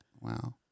Wow